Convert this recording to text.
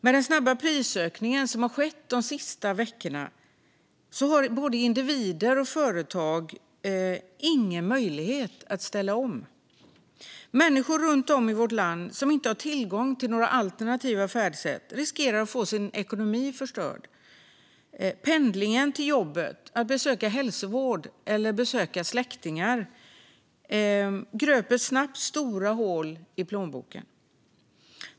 Med den snabba prisökning som har skett de senaste veckorna har individer och företag ingen möjlighet att ställa om. Människor runt om i vårt land som inte har tillgång till några alternativa färdsätt riskerar att få sin ekonomi förstörd då pendlingen till jobbet, besök för hälsovård och att besöka släktingar snabbt gröper stora hål i plånboken.